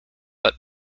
but